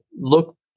look